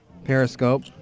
Periscope